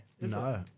No